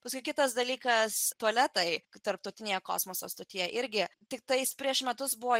paskui kitas dalykas tualetai tarptautinėje kosmoso stotyje irgi tiktais prieš metus buvo